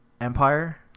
Empire